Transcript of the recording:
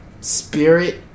spirit